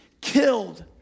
killed